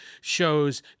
shows